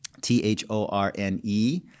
T-H-O-R-N-E